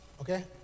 Okay